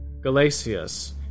Galatius